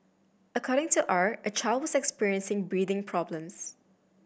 according to R a child was experiencing breathing problems